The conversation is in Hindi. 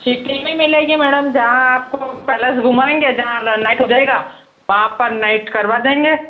नहीं मिलेगी मैडम जहाँ आप को घुमाएंगे जहाँ नाइट हो जाएगा वहाँ आपका नाइट करवा देंगे